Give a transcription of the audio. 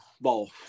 ball